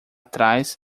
trás